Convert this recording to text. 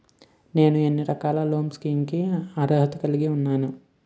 నేను ఎన్ని రకాల లోన్ స్కీమ్స్ కి అర్హత కలిగి ఉన్నాను?